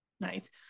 nice